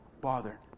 bother